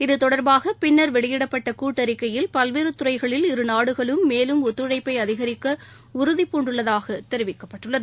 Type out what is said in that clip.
இத்தொடர்பாக பின்னர் வெளியிடப்பட்ட கூட்டறிக்கையில் பல்வேறு தறைகளில் இருநாடுகளும் மேலும் ஒத்துழைப்பை அதிகரிக்க உறுதிபூண்டுள்ளதாக தெரிவிக்கப்பட்டுள்ளது